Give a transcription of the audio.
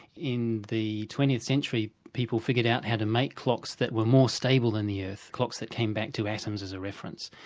in the twentieth century people figured out how to make clocks that were more stable than the earth, clocks that came back to atoms as a reference.